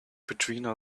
between